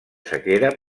sequera